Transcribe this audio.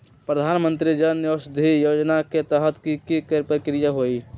प्रधानमंत्री जन औषधि योजना के तहत की की प्रक्रिया होई?